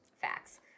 Facts